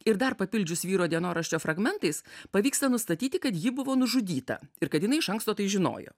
ir dar papildžius vyro dienoraščio fragmentais pavyksta nustatyti kad ji buvo nužudyta ir kad jinai iš anksto tai žinojo